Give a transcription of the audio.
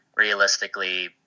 Realistically